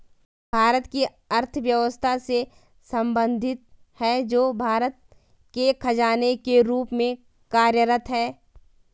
भारत की अर्थव्यवस्था से संबंधित है, जो भारत के खजाने के रूप में कार्यरत है